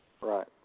Right